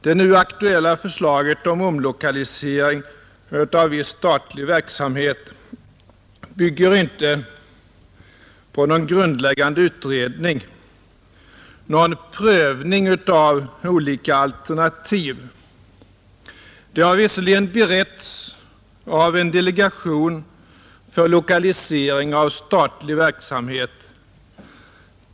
Det nu aktuella förslaget om omlokalisering av viss statlig verksamhet bygger inte på någon grundläggande utredning, någon prövning av olika alternativ. Det har visserligen beretts av en delegation för lokalisering av statlig verksamhet.